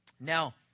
Now